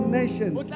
nations